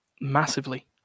massively